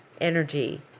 energy